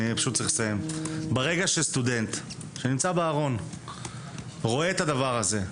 ברגע שסטודנט שנמצא בארון רואה את הדבר הזה,